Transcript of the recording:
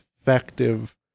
effective